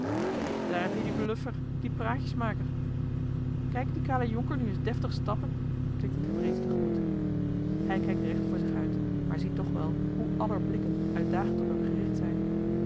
daar heb je dien bluffer dien praatjesmaker kijk dien kalen jonker nu eens deftig stappen klinkt het hem reeds te gemoet eli heimans willem roda hij kijkt recht voor zich uit maar ziet toch wel hoe aller blikken uitdagend op hem gericht zijn